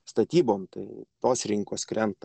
statybom tai tos rinkos krenta